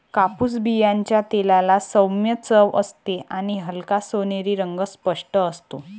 कापूस बियांच्या तेलाला सौम्य चव असते आणि हलका सोनेरी रंग स्पष्ट असतो